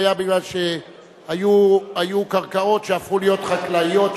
היו מפני שהיו קרקעות שהפכו להיות חקלאיות,